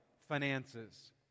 finances